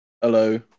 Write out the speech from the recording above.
Hello